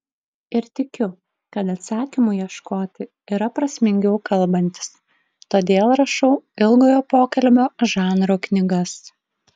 ir tikiu kad atsakymų ieškoti yra prasmingiau kalbantis todėl rašau ilgojo pokalbio žanro knygas